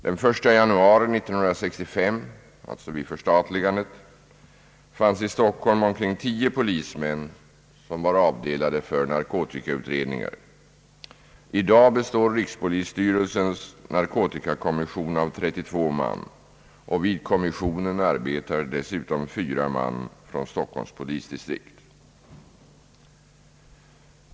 Den 1 januari 1965, alltså vid förstatligandet, fanns i Stockholm omkring 10 polismän som var avdelade för narkotikautredningar. I dag består rikspolisstyrelsens narkotikakommission av 32 man. Vid kommissionen arbetar dessutom fyra man från Stockholms polisdistrikt.